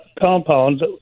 compounds